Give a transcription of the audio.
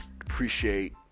appreciate